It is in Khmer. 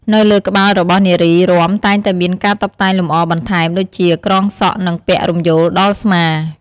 នៅលើក្បាលរបស់នារីរាំតែងតែមានការតុបតែងលម្អបន្ថែម ដូចជា ក្រងសក់ និង ពាក់រំយោលដល់ស្មា។